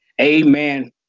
Amen